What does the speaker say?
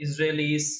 Israelis